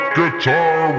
Guitar